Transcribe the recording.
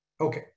Okay